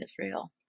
Israel